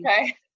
okay